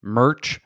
merch